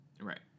Right